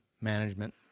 management